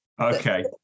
Okay